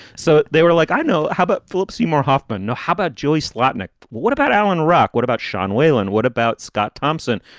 so they were like, i know. how about philip seymour hoffman know? how about joey slotnick? what what about alan rock? what about shaun whalan? what about scott thompson?